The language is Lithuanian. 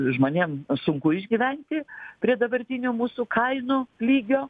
žmonėm sunku išgyventi prie dabartinių mūsų kainų lygio